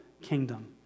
kingdom